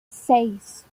seis